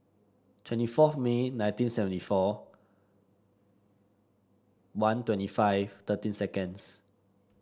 twenty fourth May nineteen seventy four one twenty five thirteen seconds